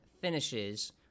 finishes